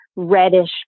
reddish